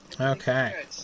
Okay